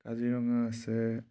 কাজিৰঙা আছে